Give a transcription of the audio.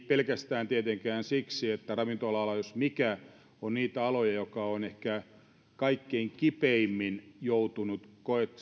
pelkästään tietenkään siksi että ravintola ala jos mikä on ala joka on ehkä kaikkein kipeimmin joutunut